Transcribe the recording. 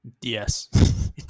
yes